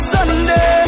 Sunday